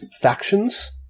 factions